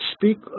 speak